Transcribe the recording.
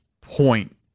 point